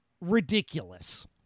ridiculous